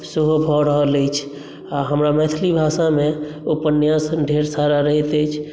सेहो भऽ रहल अछि आ हमरा मैथिली भाषामे उपन्यास ढेर सारा रहैत अछि